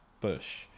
Bush